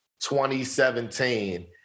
2017